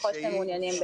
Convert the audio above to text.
ככל שאתם מעוניינים.